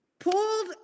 pulled